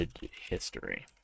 history